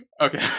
Okay